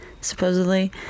supposedly